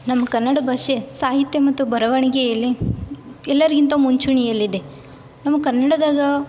ನಮ್ಮ ಕನ್ನಡ ಭಾಷೆ ಸಾಹಿತ್ಯ ಮತ್ತು ಬರವಣಿಗೆಯಲ್ಲಿ ಎಲ್ಲರಿಗಿಂತ ಮುಂಚೂಣಿಯಲ್ಲಿದೆ ನಮ್ಮ ಕನ್ನಡದಾಗ